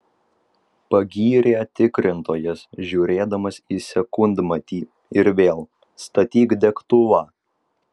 pagyrė tikrintojas žiūrėdamas į sekundmatį ir vėl statyk degtuvą